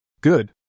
Good